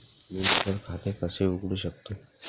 मी बचत खाते कसे उघडू शकतो?